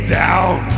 down